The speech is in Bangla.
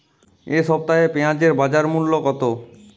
এ সপ্তাহে পেঁয়াজের বাজার মূল্য কত?